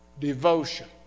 devotion